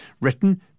written